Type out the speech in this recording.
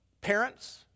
Parents